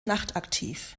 nachtaktiv